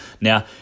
Now